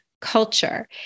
culture